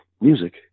Music